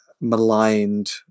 maligned